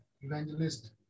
evangelist